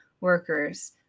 workers